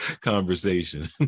conversation